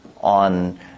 on